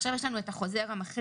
עכשיו יש לנו את החוזר המחלים.